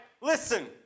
listen